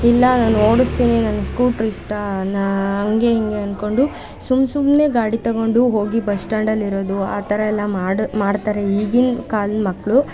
ಇಲ್ಲ ನಾನು ಓಡಿಸ್ತೀನಿ ನಂಗೆ ಸ್ಕೂಟ್ರ್ ಇಷ್ಟ ಅನ್ನೋ ಹಾಗೆ ಹೀಗೆ ಅದ್ಕೊಂಡು ಸುಮ್ಮ ಸುಮ್ಮನೆ ಗಾಡಿ ತಗೊಂಡು ಹೋಗಿ ಬಸ್ ಸ್ಟಾಂಡಲ್ಲಿರೋದು ಆ ಥರ ಎಲ್ಲ ಮಾಡು ಮಾಡ್ತಾರೆ ಈಗಿನ ಕಾಲದ ಮಕ್ಕಳು